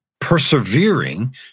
persevering